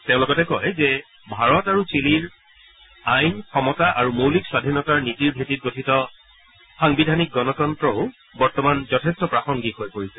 তেওঁ লগতে কয় যে ভাৰত আৰু চিলিৰ আইন সমতা আৰু মৌলিক স্বধীনতাৰ নীতিৰ ভেটিত গঠিত সাংবিধানিক গণতন্ত্ৰও বৰ্তমান যথেষ্ট প্ৰাসংগিক হৈ পৰিছে